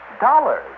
Dollars